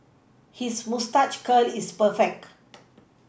his moustache curl is perfect